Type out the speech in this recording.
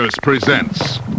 Presents